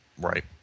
Right